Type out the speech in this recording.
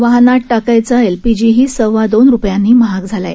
वाहनात टाकायचा एलपीजीही सव्वा दोन रुपयांनी महाग झाला आहे